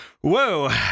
Whoa